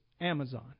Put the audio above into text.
Amazon